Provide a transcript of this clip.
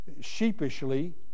sheepishly